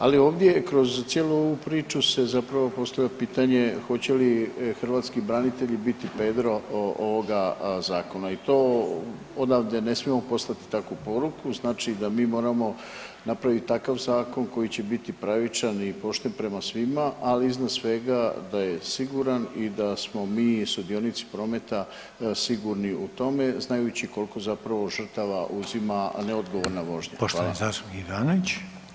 Ali ovdje kroz cijelu ovu priču se zapravo postavlja pitanje hoće li hrvatski branitelji biti Pedro ovoga zakona i to odavde ne smijemo poslati takvu poruku, znači da mi moramo napraviti takav zakon koji će biti pravičan i pošten prema svima, ali iznad svega da je siguran i da smo mi sudionici prometa sigurni u tome znajući koliko zapravo žrtava uzima neodgovorna vožnja.